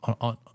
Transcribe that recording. on